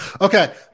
Okay